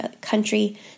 country